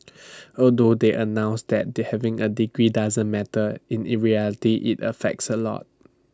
although they announced that they having A degree doesn't matter in IT reality IT affects A lot